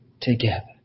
together